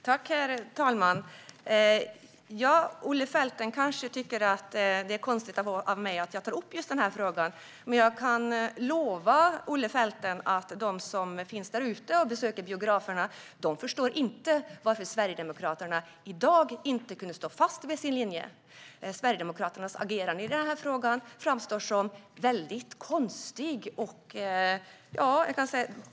Herr talman! Olle Felten kanske tycker att det är konstigt av mig att jag tar upp just denna fråga. Men jag kan lova Olle Felten att de som finns där ute och som besöker biograferna inte förstår varför Sverigedemokraterna i dag inte kunde stå fast vid sin linje. Sverigedemokraternas agerande i denna fråga framstår som väldigt konstigt.